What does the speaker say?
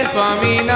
Swami